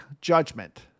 judgment